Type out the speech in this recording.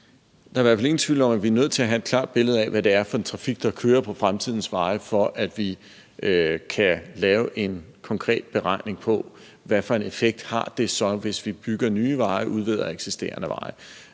Der er i hvert fald ingen tvivl om, at vi er nødt til at have et klart billede af, hvad det er for en trafik, der kører på fremtidens veje, for at vi kan lave en konkret beregning på, hvilken effekt det så har, hvis vi bygger nye veje og udvider eksisterende veje.